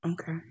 okay